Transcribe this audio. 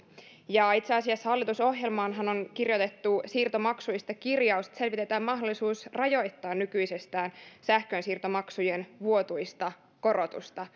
itse asiassa hallitusohjelmaanhan on kirjoitettu siirtomaksuista kirjaus että selvitetään mahdollisuus rajoittaa nykyisestään sähkönsiirtomaksujen vuotuista korotusta